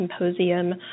Symposium